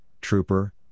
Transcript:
Trooper